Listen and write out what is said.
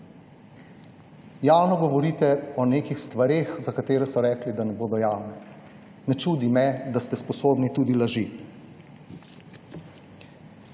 Javno govorite o nekih stvareh, za katere so rekli, da ne bodo javne. Ne čudi me, da ste sposobni tudi laži.